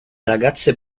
ragazze